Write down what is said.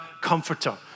comforter